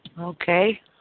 okay